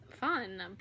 fun